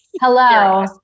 Hello